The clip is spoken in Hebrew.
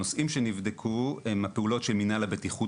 הנושאים שנבדקו הם הפעולות של מינהל הבטיחות